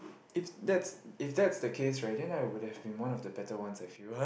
if that if that the case right I wouldn't have a better one with you all